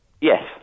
Yes